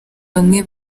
bamwe